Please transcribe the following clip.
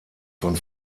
von